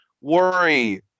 worry